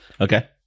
okay